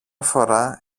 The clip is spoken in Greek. φορά